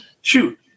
Shoot